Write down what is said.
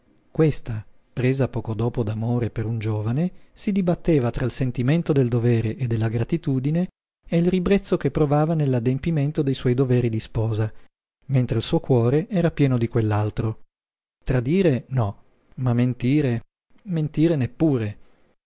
questa presa poco dopo d'amore per un giovane si dibatteva tra il sentimento del dovere e della gratitudine e il ribrezzo che provava nell'adempimento de suoi doveri di sposa mentre il suo cuore era pieno di quell'altro tradire no ma mentire mentire neppure